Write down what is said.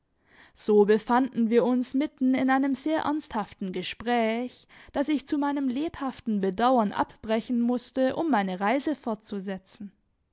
so befanden wir uns mitten in einem sehr ernsthaften gespräch das ich zu meinem lebhaften bedauern abbrechen mußte um meine reise fortzusetzen